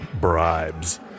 bribes